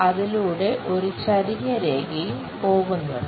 അതിലൂടെ ഒരു ചെരിഞ്ഞ രേഖയും പോകുന്നുണ്ട്